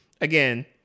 Again